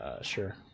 Sure